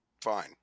fine